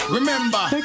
Remember